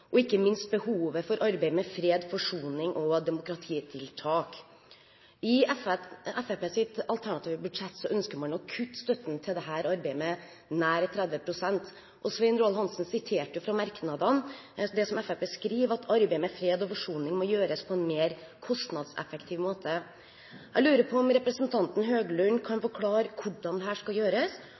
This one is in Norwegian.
og ikke minst behovet for arbeid med fred, forsoning og demokratitiltak. I Fremskrittspartiets alternative budsjett ønsker man å kutte støtten til dette arbeidet med nær 30 pst. Svein Roald Hansen siterte fra det som Fremskrittspartiet skriver i merknadene, at «arbeidet med fred og forsoning må gjøres på en mer kostnadseffektiv måte». Jeg lurer på om representanten Høglund kan forklare hvordan dette skal gjøres,